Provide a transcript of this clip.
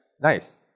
Nice